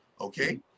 okay